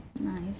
nice